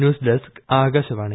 news desk Akashvani